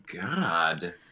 God